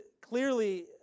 clearly